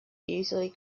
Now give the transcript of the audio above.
easily